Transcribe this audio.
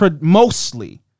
mostly